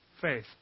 Faith